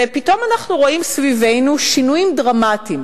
ופתאום אנחנו רואים סביבנו שינויים דרמטיים.